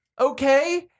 Okay